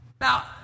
Now